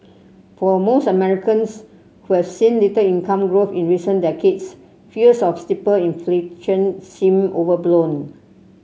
for most Americans who have seen little income growth in recent decades fears of steeper inflation seem overblown